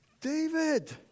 David